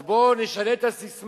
אז בוא נשנה את הססמה: